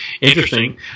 Interesting